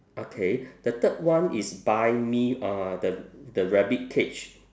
okay the third one is buy me uh the the rabbit cage